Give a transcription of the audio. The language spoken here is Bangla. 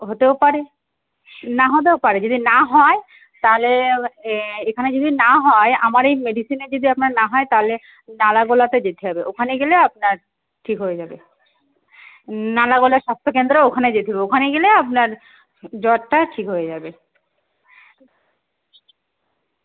হতেও পারে না হতেও পারে যদি না হয় তালে এ এখানে যদি না হয় আমার এই মেডিসিনে যদি আপনার না হয় তাহলে নালাগোলাতে যেতে হবে ওখানে গেলে আপনার ঠিক হবে যাবে নালাগোলা স্বাস্থ্য কেন্দ্র ওখানে যেতে হবে ওখানে গেলে আপনার জ্বরটা ঠিক হয়ে যাবে